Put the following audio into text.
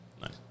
Nice